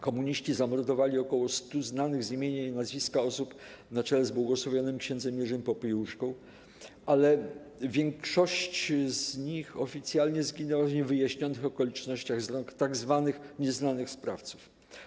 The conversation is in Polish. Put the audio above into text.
Komuniści zamordowali około stu znanych z imienia i nazwiska osób na czele z bł. księdzem Jerzym Popiełuszką, ale większość z nich oficjalnie zginęła w niewyjaśnionych okolicznościach z rąk tzw. nieznanych sprawców.